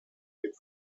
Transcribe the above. wird